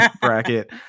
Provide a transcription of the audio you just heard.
bracket